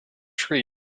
tree